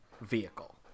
vehicle